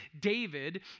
David